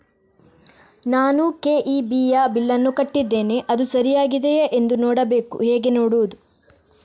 ನಾನು ಕೆ.ಇ.ಬಿ ಯ ಬಿಲ್ಲನ್ನು ಕಟ್ಟಿದ್ದೇನೆ, ಅದು ಸರಿಯಾಗಿದೆಯಾ ಎಂದು ನೋಡಬೇಕು ಹೇಗೆ ನೋಡುವುದು?